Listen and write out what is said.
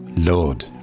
Lord